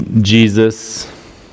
Jesus